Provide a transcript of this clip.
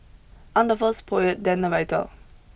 I'm the first poet then a writer